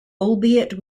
albeit